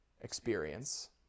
experience